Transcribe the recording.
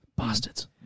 Bastards